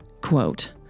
Quote